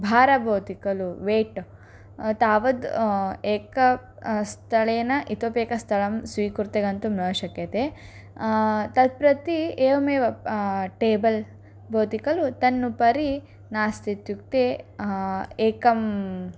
भारं भवति खलु वेट् तावद् एकं स्थलेन इतोपि एक स्थलं स्वीकृत्य गन्तुं न शक्यते तं प्रति एवमेव टेबल् भवति खलु तत् उपरि नास्ति इत्युक्ते एकम्